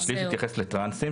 השליש מתייחס לטרנסים,